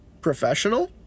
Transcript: Professional